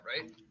right